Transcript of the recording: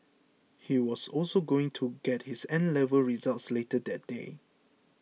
he was also going to get his 'N' level results later that day